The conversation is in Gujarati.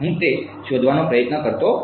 હું તે શીધવાનો પ્રયત્ન કરતો નથી